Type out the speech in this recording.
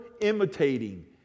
imitating